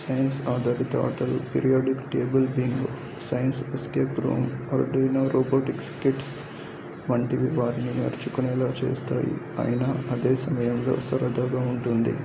science ఆధారిత ఆటలు periodic table bingo science escape room Arduino robotics kits వంటివి వారిని నేర్చుకునేలా చేస్తాయి అయినా అదే సమయంలో సరదాగా ఉంటుంది